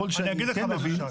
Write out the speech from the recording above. אני אגיד לך מה החשש.